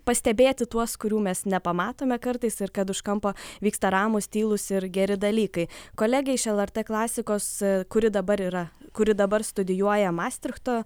pastebėti tuos kurių mes nepamatome kartais ir kad už kampo vyksta ramūs tylūs ir geri dalykai kolegę iš lrt klasikos kuri dabar yra kuri dabar studijuoja mastrichto